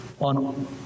on